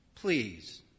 Please